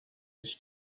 ich